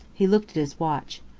he looked at his watch.